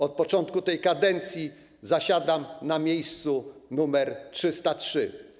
Od początku tej kadencji zasiadam na miejscu nr 303.